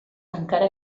encara